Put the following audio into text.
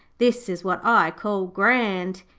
this is what i call grand.